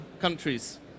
countries